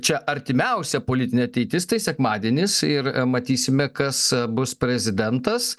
čia artimiausia politinė ateitis tai sekmadienis ir matysime kas bus prezidentas